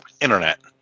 internet